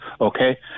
okay